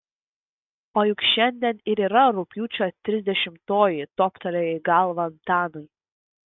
o juk šiandien ir yra rugpjūčio trisdešimtoji toptelėjo į galvą antanui